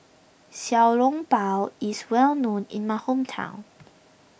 Xiao Long Bao is well known in my hometown